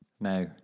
now